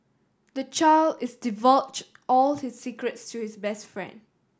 the child is divulged all his secrets to his best friend